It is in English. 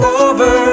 over